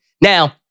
Now